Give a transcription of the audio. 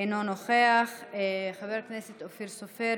אופיר סופר